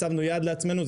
הצבנו יעד לעצמנו,